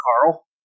Carl